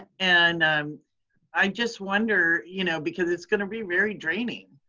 and i just wonder, you know because it's gonna be very draining,